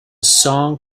song